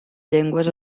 llengües